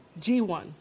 G1